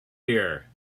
here